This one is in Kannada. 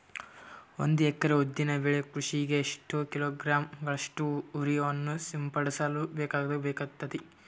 ಒಂದು ಎಕರೆ ಉದ್ದಿನ ಬೆಳೆ ಕೃಷಿಗೆ ಎಷ್ಟು ಕಿಲೋಗ್ರಾಂ ಗಳಷ್ಟು ಯೂರಿಯಾವನ್ನು ಸಿಂಪಡಸ ಬೇಕಾಗತದಾ?